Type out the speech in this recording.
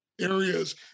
areas